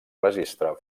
registre